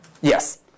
Yes